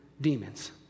demons